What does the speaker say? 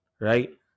right